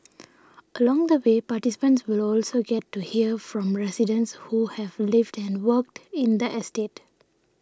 along the way participants will also get to hear from residents who have lived and worked in that estate